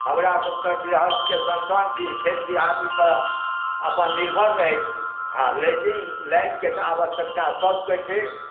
हमरा सब तऽ गृहस्थ के सन्तान छी खेत पथार पर अपन निर्भर रहै छी हॅं लेकिन लाइन के तऽ आवश्यकता सब के छै